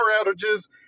outages